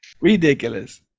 Ridiculous